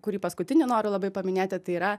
kurį paskutinį noriu labai paminėti tai yra